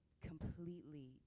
completely